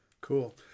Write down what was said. Cool